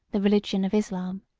the religion of islam?